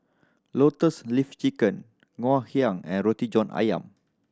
Lotus Leaf Chicken Ngoh Hiang and Roti John Ayam